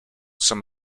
some